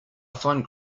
find